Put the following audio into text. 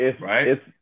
right